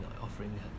offering